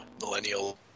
millennial